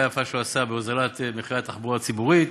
היפה שהוא עשה בהוזלת מחירי התחבורה הציבורית